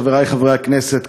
חברי חברי הכנסת,